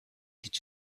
each